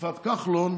בתקופת כחלון,